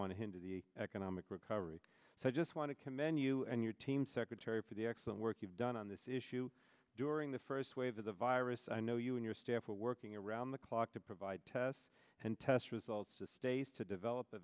hinder the economic recovery so i just want to commend you and your team secretary for the excellent work you've done on this issue during the first wave of the virus i know you and your staff are working around the clock to provide tests and test results to states to develop